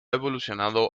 evolucionado